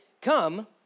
come